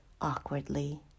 awkwardly